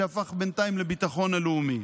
שהפך בינתיים לביטחון הלאומי.